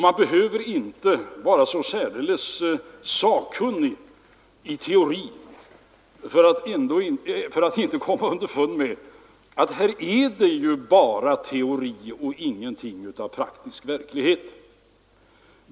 Man behöver inte vara så särdeles sakkunnig i teorin för att komma underfund med att här är det ju bara teori och ingenting av praktisk verklighet.